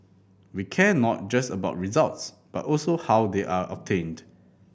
we care not just about results but also how they are obtained